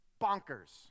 bonkers